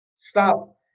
Stop